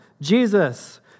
Jesus